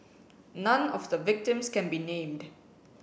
none of the victims can be named